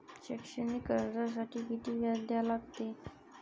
शैक्षणिक कर्जासाठी किती व्याज द्या लागते?